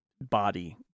body